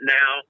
now